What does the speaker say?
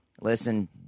Listen